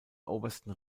obersten